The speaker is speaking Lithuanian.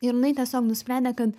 ir jinai tiesiog nusprendė kad